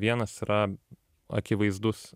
vienas yra akivaizdus